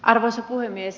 arvoisa puhemies